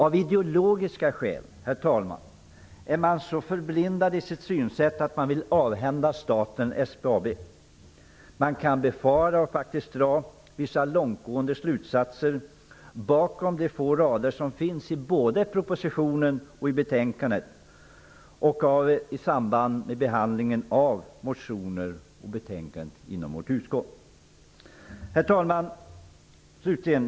Av ideologiska skäl, herr talman, är man så förblindad i sitt synsätt att man vill avhända staten SBAB. Vi kan dra vissa långtgående slutsatser av de få rader som står i propositionen och betänkandet och av resonemanget i samband med behandlingen av motioner och betänkande i vårt utskott. Herr talman!